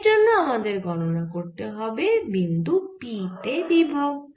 এর জন্য আমাদের গণনা করতে হবে বিন্দু p তে বিভব